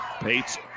Pate's